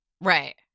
right